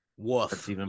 Woof